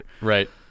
Right